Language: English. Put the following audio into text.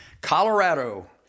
Colorado